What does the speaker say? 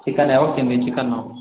chicken ಯಾವಾಗ ತಿಂದೆ chicken